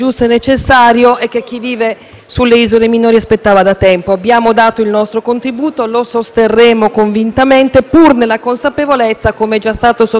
sulle isole minori. Abbiamo dato il nostro contributo, lo sosterremo convintamente pur nella consapevolezza - come già sottolineato - che in realtà